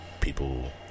people